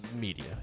Media